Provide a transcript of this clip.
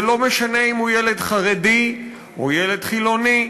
זה לא משנה אם הוא ילד חרדי או ילד חילוני,